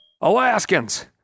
Alaskans